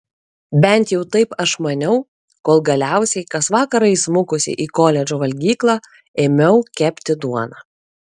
bent jau taip aš maniau kol galiausiai kas vakarą įsmukusi į koledžo valgyklą ėmiau kepti duoną